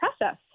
process